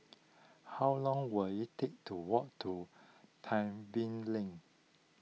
how long will it take to walk to Tebing Lane